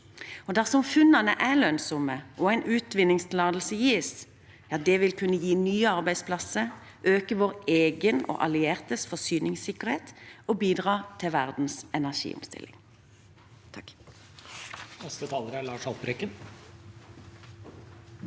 Dersom funnene er lønnsomme og en utvinningstillatelse gis, vil det kunne gi nye arbeidsplasser, øke vår egen og alliertes forsyningssikkerhet og bidra til verdens energiomstilling. Lars Haltbrekken (SV)